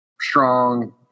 Strong